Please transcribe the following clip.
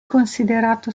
considerato